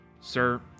Sir